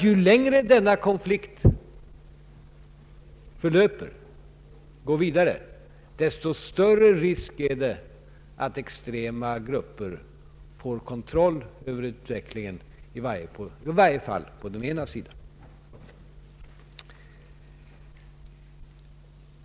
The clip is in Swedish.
Ju längre denna konflikt fortsätter desto större är risken att extrema grupper får kontroll över utvecklingen, i varje fall på den ena sidan.